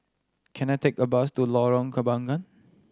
can I take a bus to Lorong Kembagan